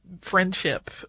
friendship